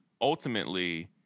ultimately